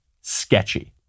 sketchy